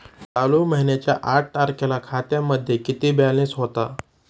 चालू महिन्याच्या आठ तारखेला खात्यामध्ये किती बॅलन्स होता?